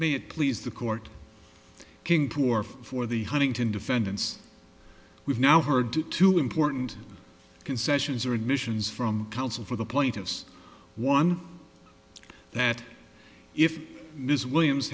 it please the court king poor for the huntington defendants we've now heard two important concessions are admissions from counsel for the plaintiffs one that if ms williams